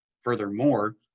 Furthermore